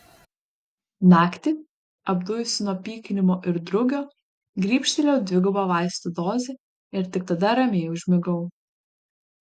naktį apdujusi nuo pykinimo ir drugio grybštelėjau dvigubą vaistų dozę ir tik tada ramiai užmigau